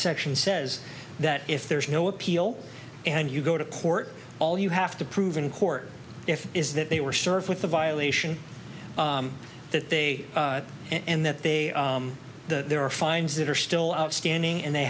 section says that if there is no appeal and you go to court all you have to prove in court if is that they were served with the violation that they and that they the there are fines that are still outstanding and they